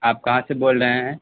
آپ کہاں سے بول رہے ہیں